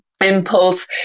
Impulse